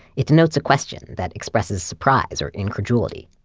it denotes a question that expresses surprise or incredulity.